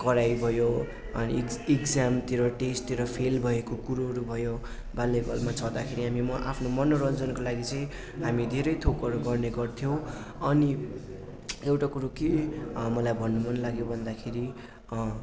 कराइ भयो अनि इक् इक्जामतिर टेस्टतिर फेल भएको कुरोहरू भयो बाल्यकालमा छँदाखेरि हामी आफ्नो मनोरञ्जनको लागि चाहिँ हामी धेरै थोकहरू गर्ने गर्थ्यौँ अनि एउटा कुरो के मलाई भन्नु मन लाग्यो भन्दाखेरि